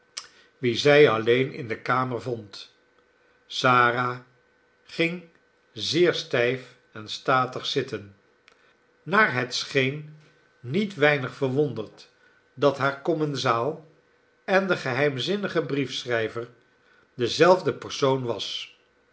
wien zij alleen in de kamer vond sara ging zeer stijf en statig zitten naar het scheen niet weinig verwonderd dat haar commensaal en de geheimzinnige briefschrijver dezelfde persoon was